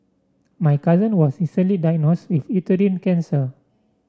my cousin was recently diagnosed with uterine cancer